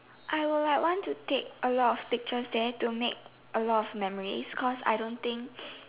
I will like want to take a lot of pictures there to make a lot of memories cause I don't think